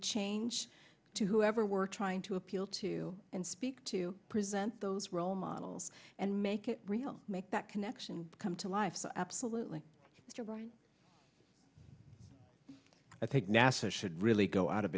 change to whoever we're trying to appeal to and speak to present those role models and make it real make that connection come to life absolutely you're right i think nasa should really go out of